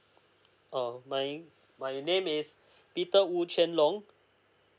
err my my name is peter woo cheng long